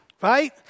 right